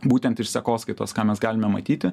būtent iš sekoskaitos ką mes galime matyti